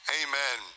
amen